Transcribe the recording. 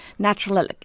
Natural